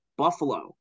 buffalo